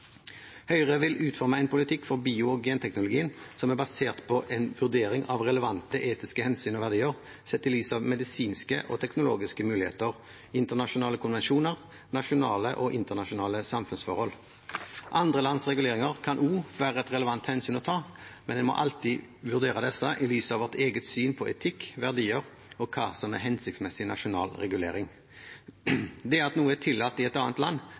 Høyre vil utforme en politikk for bio- og genteknologien som er basert på en vurdering av relevante etiske hensyn og verdier, sett i lys av medisinske og teknologiske muligheter, internasjonale konvensjoner, nasjonale og internasjonale samfunnsforhold. Andre lands reguleringer kan også være et relevant hensyn å ta, men en må alltid vurdere disse i lys av vårt eget syn på etikk, verdier og hva som er en hensiktsmessig nasjonal regulering. Det at noe er tillatt i et annet land,